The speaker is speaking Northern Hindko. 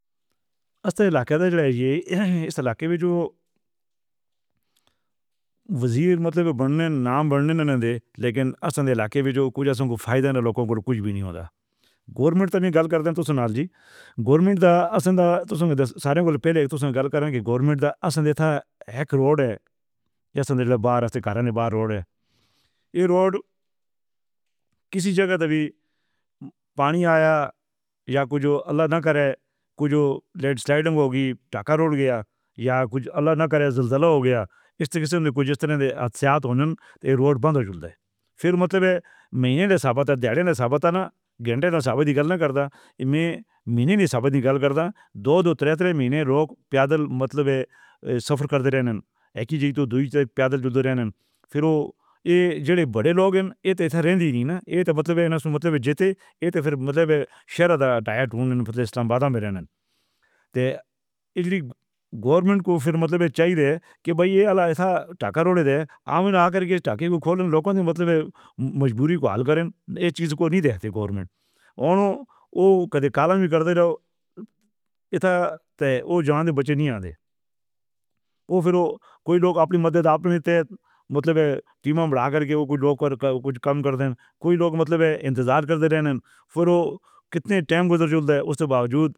اساں علاقے وچو اس علاقے میں جو وزیر مطلب بنے۔ نام بنے لیکن اصل علاقے میں تو کچھ سوں کا فائدہ۔ لوگوں کو کچھ بھی نہیں ہوتا۔ گورنمنٹ غلط کرے تو نہ جی۔ گورنمنٹ تو اپنے سارے پہلے تو غلط کریں کہ گورنمنٹ اصل میں ایک روڈ ہے یا باہر سے کریں باہر روڈ ہے۔ یہ روڈ کسی جگہ بھی پانی آیا یا کچھ اللہ نہ کرے۔ کچھ لیڈیز لیڈنگ ہوگی، ٹرک روڈ گیا یا کچھ اللہ نہ کرے، ذلتلا ہو گیا۔ اس قسم کے کچھ اس طرح کے تاریخ ہونے اور روڈ بند ہو جاتا ہے۔ پھر مطلب ہے میں ان سب پر دیا ہے نا ثابت ہے نا۔ گھنٹے کا ثابت کرنا کرتا۔ میں میں نے یہ ثابت کر دو۔ دو تو تین مہینے پیدل مطلب سفر کرتے رہنا۔ 21 دن تو دور رہنا ہے۔ پھر وہ یہ جو بڑے لوگ ہیں۔ یہ تو رہتی نہیں نا یہ تو مطلب ہے نا مطلب جیتے یہ تو پھر مطلب شہریت ڈیوٹ ہونے پر اسلام آباد میں رہنا۔ یہ گورنمنٹ کو پھر مطلب چاہیے کہ بھائی یہ ٹریکٹر اٹھا کر آ کر کے ٹرک کھولیں۔ لوگوں نے مطلب مجبوری کو حال کرنے۔ یہ چیز کو نہیں دیکھتے۔ گورنمنٹ کو وہ کارکن بھی کرتا رہا۔ اتنا تو وہ جہاں سے بچے نہیں آتے۔ تو پھر وہ کوئی لوگ اپنی مدد آپ سے ہٹ ہے۔ مطلب ٹیم بنا کر کے وہ کچھ لوگ۔ پر کچھ کام کر رہے ہیں۔ کچھ لوگ مطلب انتظار کرتے ہیں، پھر وہ کتنے وقت اسے باوجود۔